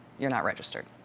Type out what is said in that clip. you're not registered.